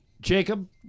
jacob